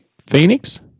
Phoenix